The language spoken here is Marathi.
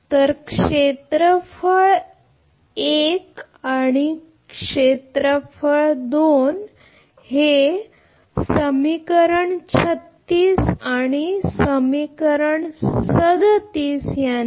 तर क्षेत्रफळ 1 आणि हे समीकरण 36 आणि समीकरण 37 आहे